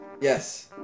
Yes